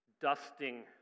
dusting